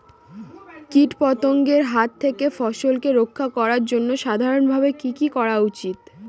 কীটপতঙ্গের হাত থেকে ফসলকে রক্ষা করার জন্য সাধারণভাবে কি কি করা উচিৎ?